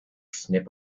snip